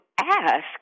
ask